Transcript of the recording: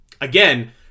again